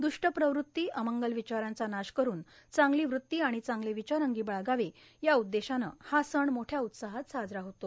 दुष्ट प्रवृत्ती अमंगल विचारांचा नाश करून चांगली वृत्ती आणि चांगले विचार अंगी बाळगावे या उद्देशानं हा सण मोठ्या उत्साहात साजरा होत आहे